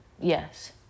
Yes